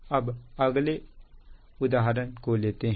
अब आगे अगला उदाहरण है